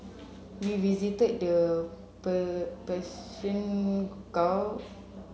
we visited the Persian Gulf